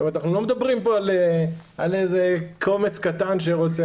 זאת אומרת אנחנו לא מדברים פה על איזה קומץ קטן שרוצה,